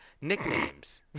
nicknames